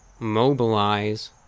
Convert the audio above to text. mobilize